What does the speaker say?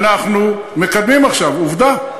אנחנו מקדמים עכשיו, עובדה.